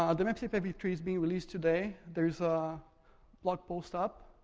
ah the maps api v three is being released today. there's a blog post up.